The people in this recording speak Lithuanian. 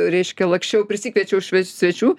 reiškia laksčiau prisikviečiau šve svečių